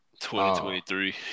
2023